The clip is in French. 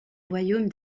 royaume